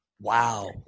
Wow